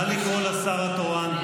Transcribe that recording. נא לקרוא לשר התורן.